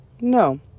No